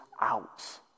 out